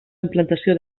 implantació